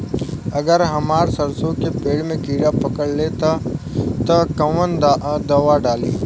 अगर हमार सरसो के पेड़ में किड़ा पकड़ ले ता तऽ कवन दावा डालि?